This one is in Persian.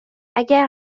اگه